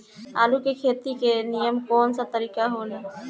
आलू के खेती के नीमन तरीका कवन सा हो ला?